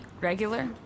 regular